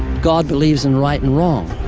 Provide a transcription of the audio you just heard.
god believes in right and wrong.